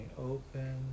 open